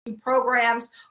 programs